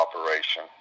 Operation